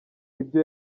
ibyo